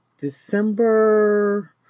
December